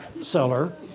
seller